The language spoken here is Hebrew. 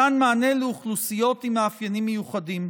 מתן מענה לאוכלוסיות עם מאפיינים מיוחדים.